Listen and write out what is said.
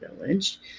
village